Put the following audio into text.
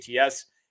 ATS